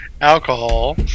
alcohol